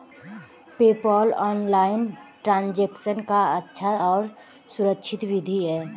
PayPal online transaction का अच्छा और सुरक्षित विधि है